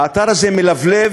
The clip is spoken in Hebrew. האתר הזה מלבלב